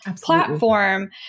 platform